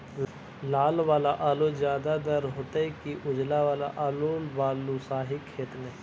लाल वाला आलू ज्यादा दर होतै कि उजला वाला आलू बालुसाही खेत में?